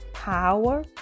power